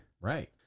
right